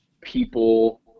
people